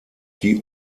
die